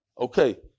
Okay